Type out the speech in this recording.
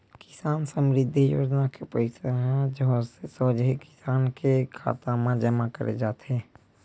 किसान समरिद्धि योजना के पइसा ह सोझे किसान के खाता म जमा करे जाथे